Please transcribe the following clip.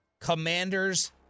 Commanders